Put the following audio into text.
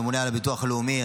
הממונה על הביטוח הלאומי,